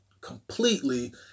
completely